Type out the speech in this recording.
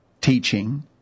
teaching